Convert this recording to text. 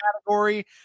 category